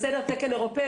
תקן אירופאי